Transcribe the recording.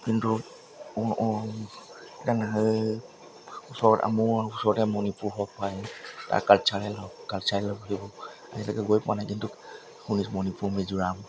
কিন্তু এতিয়া নাহেই ওচৰত মোৰ ওচৰতে মণিপুৰ হওক বা তাৰ কালচাৰেল হওক কালচাৰেল বুলি সেইবোৰ আজিলৈকে গৈ পোৱা নাই কিন্তু শুনি মণিপুৰ মিজোৰাম